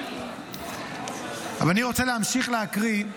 אני רוצה להמשיך להקריא: